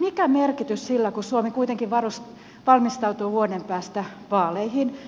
mikä merkitys sillä on kun suomi kuitenkin valmistautuu vuoden päästä vaaleihin